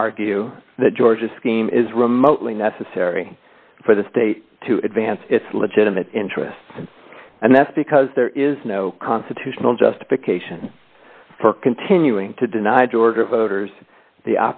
to argue that georgia scheme is remotely necessary for the state to advance its legitimate interests and that's because there is no constitutional justification for continuing to deny georgia voters the